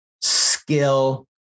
skill